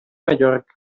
mallorca